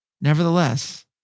nevertheless